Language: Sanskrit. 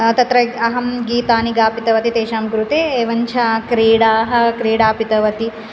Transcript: तत्र अहं गीतानि गापितवती तेषां कृते एवं च क्रीडाः क्रीडापितवती